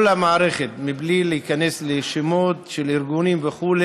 כל המערכת, מבלי להיכנס לשמות של ארגונים וכו',